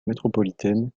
métropolitaine